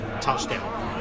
touchdown